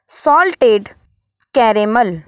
salted caramel